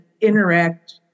interact